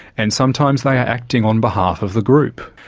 and sometimes they are acting on behalf of the group.